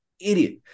Idiot